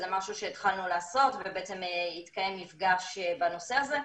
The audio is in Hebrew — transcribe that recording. זה משהו שהתחלנו לעשות, התקיים מפגש בנושא הזה.